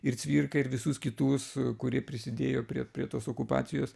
ir cvirką ir visus kitus kurie prisidėjo prie prie tos okupacijos